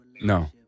No